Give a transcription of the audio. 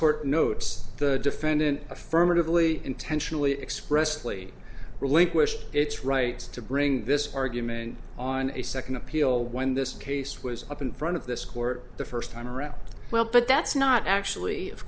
court notes the defendant affirmatively intentionally expressed plea relinquished its rights to bring this argument on a second appeal when this case was up in front of this court the first time around well but that's not actually of